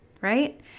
right